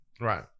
Right